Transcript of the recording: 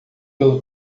pelo